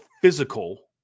physical